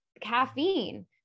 caffeine